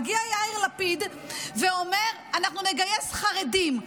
מגיע יאיר לפיד ואומר: אנחנו נגייס חרדים.